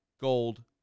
gold